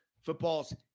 football's